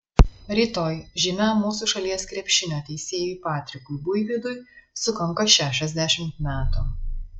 rytoj žymiam mūsų šalies krepšinio teisėjui patrikui buivydui sukanka šešiasdešimt metų